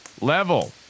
Level